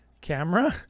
camera